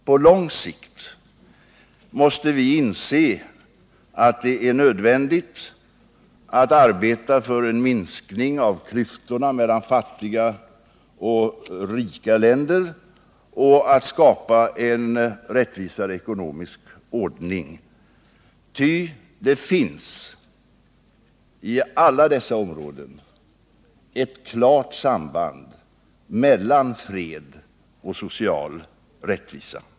På lång sikt måste vi inse att det är nödvändigt att arbeta för en minskning av klyftorna mellan fattiga och rika länder och att skapa en rättvisare ekonomisk ordning, ty det finns ett klart samband mellan fred och social rättvisa.